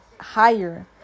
higher